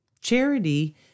Charity